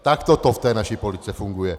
Takto to v naší politice funguje.